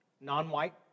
non-white